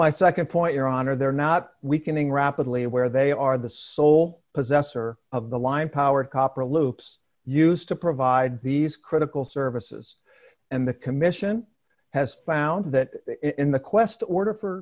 my nd point your honor they're not weakening rapidly where they are the sole possessor of the line power copper loops used to provide these critical services and the commission has found that in the quest order for